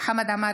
חמד עמאר,